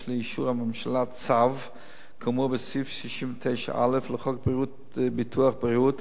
לאישור הממשלה צו כאמור בסעיף 69(א) לחוק ביטוח בריאות,